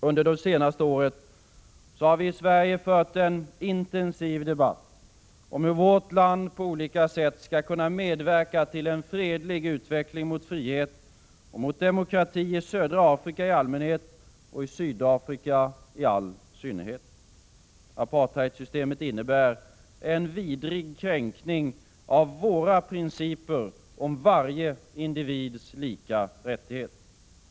Under det senaste året har vi i Sverige fört en intensiv debatt om hur vårt land på olika sätt skall kunna medverka till en fredlig utveckling mot frihet och demokrati i södra Afrika i allmänhet och i Sydafrika i all synnerhet. Apartheidsystemet innebär en vidrig kränkning av våra principer om varje individs lika rättigheter.